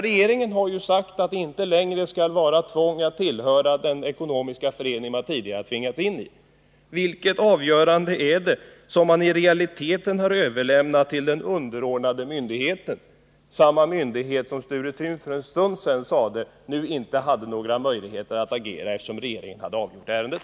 Regeringen har ju sagt att det inte längre skall vara något tvång att tillhöra den ekonomiska förening man tidigare tvingats in i. Vilket avgörande är det som regeringen i realiteten har överlämnat till den underordnade myndigheten? Det gäller alltså samma myndighet som, enligt vad Sture Thun sade för en stund sedan, nu inte hade några möjligheter att agera, eftersom regeringen hade avgjort ärendet.